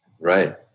Right